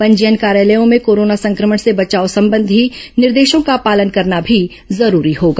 पंजीयन कार्यालयों में कोरोना संक्रमण से बचाव संबंधी निर्देशों का पालन करना भी जरूरी होगा